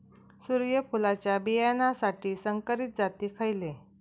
सूर्यफुलाच्या बियानासाठी संकरित जाती खयले?